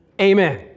amen